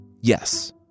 Yes